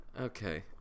Okay